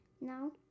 No